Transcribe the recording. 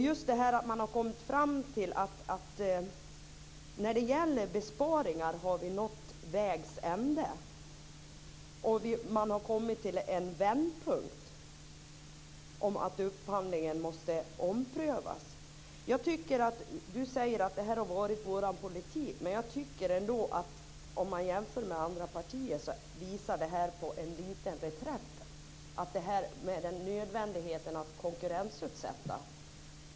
Nu har man kommit fram till att vi när det gäller besparingar har nått vägs ände. Man har kommit till en vändpunkt i fråga om att upphandlingen måste omprövas. Kerstin Heinemann säger att det här har varit Folkpartiets politik. Men jag tycker ändå att det här, om man jämför med andra partier, visar på en liten reträtt när det gäller nödvändigheten av att konkurrensutsätta.